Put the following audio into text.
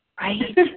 right